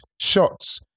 shots